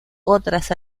otras